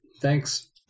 thanks